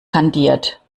kandiert